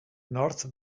north